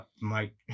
Mike